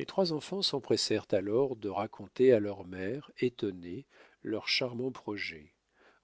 les trois enfants s'empressèrent alors de raconter à leur mère étonnée leur charmant projet